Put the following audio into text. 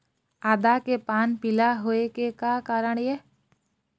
आदा के पान पिला होय के का कारण ये?